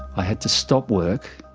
i had to stop work.